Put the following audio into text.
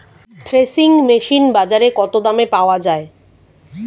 Threshing machine বাজারে কত দামে পাওয়া যায়?